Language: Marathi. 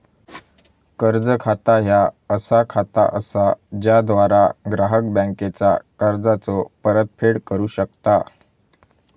कर्ज खाता ह्या असा खाता असा ज्याद्वारा ग्राहक बँकेचा कर्जाचो परतफेड करू शकता